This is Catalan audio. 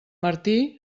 martí